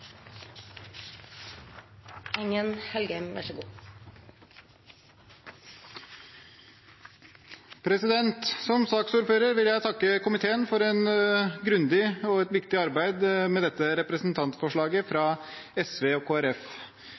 saksordfører vil jeg takke komiteen for et grundig og viktig arbeid med dette representantforslaget fra SV og